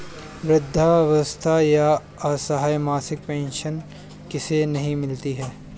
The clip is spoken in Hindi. वृद्धावस्था या असहाय मासिक पेंशन किसे नहीं मिलती है?